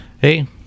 hey